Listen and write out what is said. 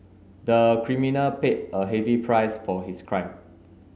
the criminal paid a heavy price for his crime